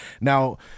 Now